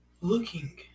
looking